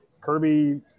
Kirby